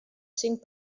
cinc